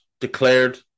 declared